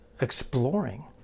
exploring